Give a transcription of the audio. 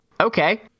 Okay